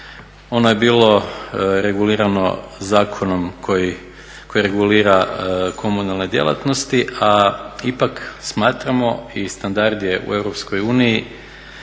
Ono je bilo regulirano zakonom koji regulira komunalne djelatnosti, a ipak smatramo i standard je u EU